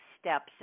steps